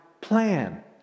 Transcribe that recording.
plan